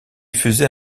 faisait